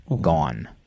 gone